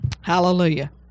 hallelujah